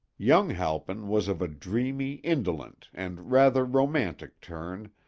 young halpin was of a dreamy, indolent and rather romantic turn,